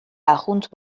arrunt